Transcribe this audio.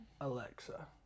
Alexa